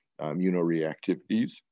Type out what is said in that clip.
immunoreactivities